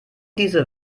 diese